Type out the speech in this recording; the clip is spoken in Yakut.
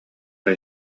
эрэ